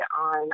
on